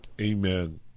amen